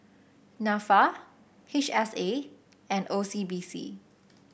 NAFA H S A and O C B C